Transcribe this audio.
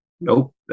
Nope